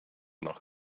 nach